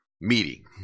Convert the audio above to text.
meeting